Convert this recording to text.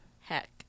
heck